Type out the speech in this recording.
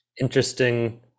interesting